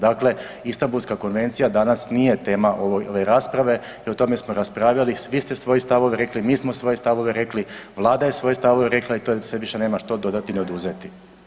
Dakle, Istambulska konvencija danas nije tema ove rasprave i o tome smo raspravljali, svi ste svoje stavove rekli, mi smo svoje stavove rekli, Vlada je svoje stavove rekla i tu se nema više što dodati ni oduzeti.